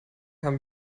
haben